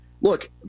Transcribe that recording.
look